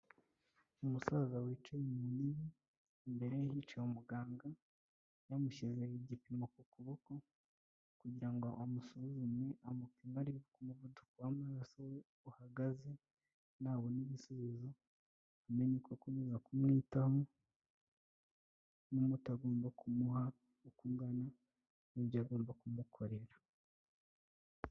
Umusaza wicaye mu ntebe, imbere ye hicaye umuganga, yamushyizeho igipimo ku kuboko kugira ngo amusuzume amupime arebe uko umuvuduko w'mararaso we uhagaze, nabona igisubizo, amenye uko akomeza kumwitaho n'umuti agomba kumuha uko ungana n'ibyo agomba kumukorera.